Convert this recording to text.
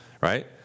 Right